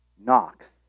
knocks